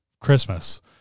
Christmas